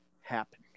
happen